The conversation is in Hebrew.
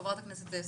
חברת הכנסת סטרוק.